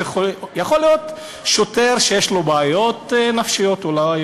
יכול להיות שוטר שיש לו בעיות נפשיות אולי,